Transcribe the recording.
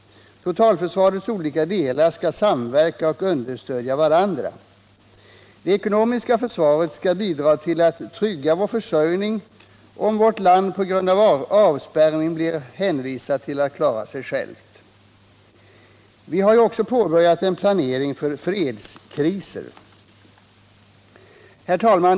Totalförsvarets olika delar skall samverka och understödja varandra. Det ekonomiska försvaret skall bidra till att trygga vår försörjning, om vårt land på grund av avspärrning blir hänvisat till att klara sig självt. Vi har ju också påbörjat en planering för fredskriser. Herr talman!